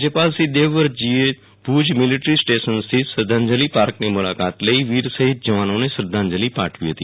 રાજ્યપાલશ્રી દેવવ્રતજીએ ભુજ મિલિટરીસ્ટેશન સ્થિત શ્રદ્ધાંજલિ પાર્કની મુલાકાત લઈ વીર શહિદ જવાનોને શ્રદ્ધાંજલિ પાઠવીહતી